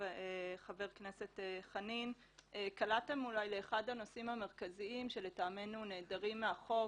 חבר הכנסת חנין קלעתם לאחד הנושאים המרכזיים שלטעמנו נעדרים מהחוק